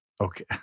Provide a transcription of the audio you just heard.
Okay